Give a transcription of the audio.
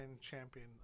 champion